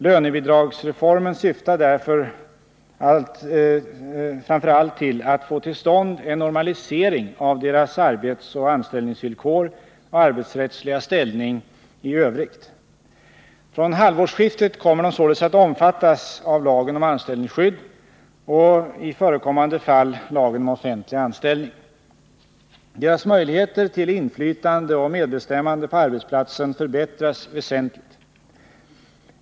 Lönebidragsreformen syftar framför allt till att få till stånd en normalisering av deras arbetsoch anställningsvillkor och arbetsrättsliga ställning i övrigt. Från halvårsskiftet kommer de således att omfattas av lagen om anställningsskydd och — i förekommande fall — lagen om offentlig anställning. Deras möjligheter till inflytande och medbestämmande på arbetsplatsen förbättras väsentligt.